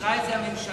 אישרה את זה הממשלה.